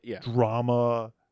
drama